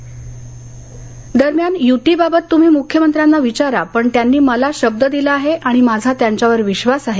राणे सिंधर्ल्य दरम्यान युतीबाबत तुम्ही मुख्यमंत्र्याना विचारा पण त्यांनी मला शब्द दिला आहे आणि माझा त्यांच्यावर विश्वास आहे